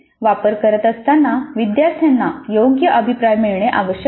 वापर करत असताना विद्यार्थ्यांना योग्य अभिप्राय मिळणे आवश्यक आहे